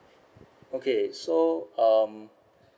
okay so um